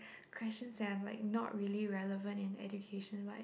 questions that are like not really relevant in education like